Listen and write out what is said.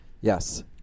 Yes